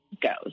goes